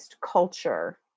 culture